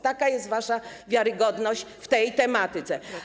Taka jest wasza wiarygodność w tej tematyce.